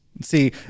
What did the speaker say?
See